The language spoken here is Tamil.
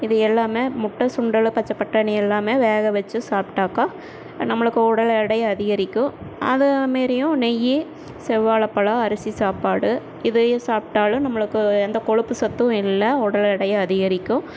இது எல்லாமே முட்டை சுண்டல் பச்சைப் பட்டாணி எல்லாமே வேக வச்சு சாப்பிட்டாக்கா நம்மளுக்கு உடல் எடை அதிகரிக்கும் அதேமாரியும் நெய் செவ்வாழைப்பழம் அரிசி சாப்பாடு இதையும் சாப்பிட்டாலும் நம்மளுக்கு எந்த கொழுப்பு சத்தும் இல்லை உடல் எடை அதிகரிக்கும்